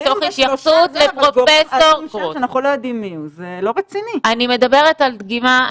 אני מדברת על דגימה,